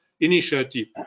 Initiative